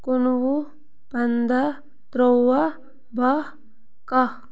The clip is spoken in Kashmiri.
کُنہٕ وُہ پنٛداہ تُرٛواہ بَہہ کَہہ